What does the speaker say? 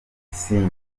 piscine